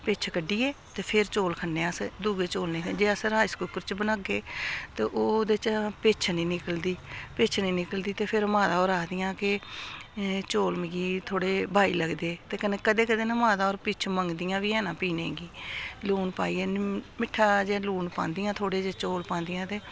पिच्छ कड्ढियै ते फिर चौल खन्ने आं अस दुए चौलें जे अस राइस कुकर च बनागे ते ओह् ओह्दे च पिच्छ निं निकलदी पिच्छ निं निकलदी ते फिर माता होर आखदियां के चौल मिगी थोह्ड़े बाई लगदे ते कन्नै कदें कदें न माता होर पिच्छ मंगदियां बी हैन पीने गी लून पाइयै मिट्ठा जेहा लून पांदियां थोह्ड़े जेह् चौल पांदियां ते